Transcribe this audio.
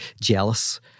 jealous